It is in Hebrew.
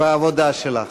בעבודה שלך.